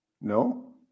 no